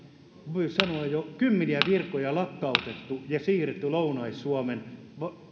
voisi sanoa jo kymmeniä virkoja lakkautettu ja siirretty lounais suomeen